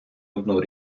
одну